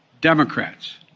Democrats